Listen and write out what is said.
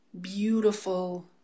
beautiful